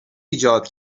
ایجاد